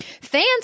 Fans